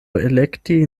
elekti